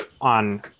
on